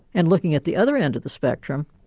and looking at the other end of the spectrum,